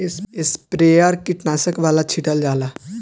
sprayer से कीटनाशक वाला छीटल जाला